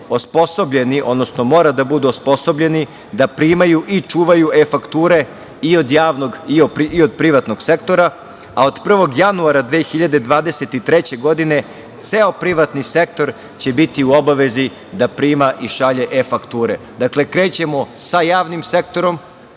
osposobljeni, odnosno moraju da budu osposobljeni da primaju i čuvaju e-fakture i od javnog i od privatnog sektora, a od 1. januara 2023. godine ceo privatni sektor će biti u obavezi da prima i šalje e-fakture. Dakle, krećemo sa javnim sektorom